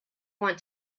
want